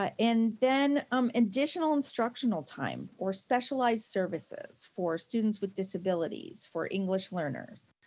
and then um additional instructional time or specialized services for students with disabilities, for english learners,